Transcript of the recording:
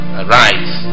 arise